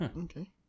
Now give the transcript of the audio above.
Okay